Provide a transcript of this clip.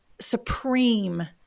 supreme